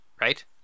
right